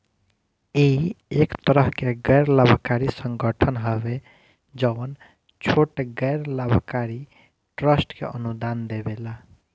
इ एक तरह के गैर लाभकारी संगठन हवे जवन छोट गैर लाभकारी ट्रस्ट के अनुदान देवेला